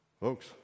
Folks